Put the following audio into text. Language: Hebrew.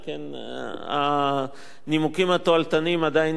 הנימוקים התועלתנים עדיין נשארים.